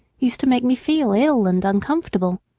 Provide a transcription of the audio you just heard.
used to make me feel ill and uncomfortable.